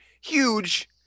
huge